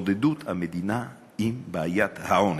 התמודדות המדינה עם בעיית העוני.